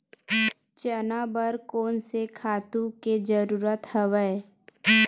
चना बर कोन से खातु के जरूरत हवय?